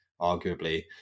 arguably